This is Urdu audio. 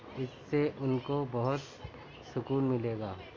اس سے ان کو بہت سکون ملے گا